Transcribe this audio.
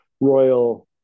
Royal